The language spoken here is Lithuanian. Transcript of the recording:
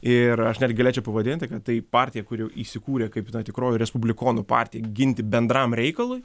ir aš netgi galėčiau pavadinti apie tai partija kuri įsikūrė kaip na tikroji respublikonų partija ginti bendram reikalui